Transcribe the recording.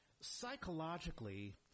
Psychologically